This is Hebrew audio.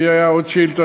מי היה ששאל עוד שאילתה?